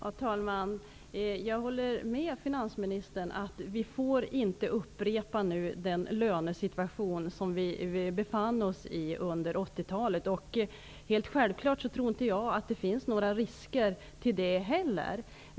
Herr talman! Jag håller med finansministern om att den lönesituation som rådde under 80-talet inte får upprepas. Jag tror inte att det finns några risker för det heller.